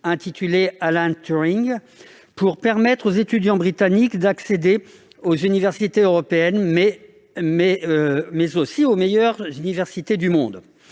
intitulé Alan Turing, pour permettre aux étudiants britanniques d'accéder aux universités européennes, mais aussi aux meilleures universités du monde.